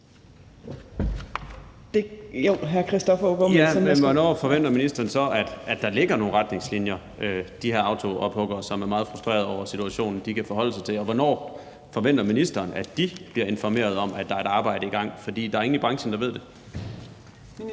Hvornår forventer ministeren så at der ligger nogle retningslinjer, de her autoophuggere, som er meget frustrerede over situationen, kan forholde sig til, og hvornår forventer ministeren at de bliver informeret om, at der er et arbejde i gang? For der er ingen i branchen, der ved det.